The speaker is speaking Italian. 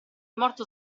morto